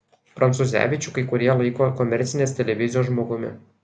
prancūzevičių kai kurie laiko komercinės televizijos žmogumi